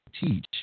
teach